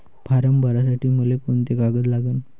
Form भरासाठी मले कोंते कागद लागन?